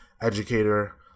educator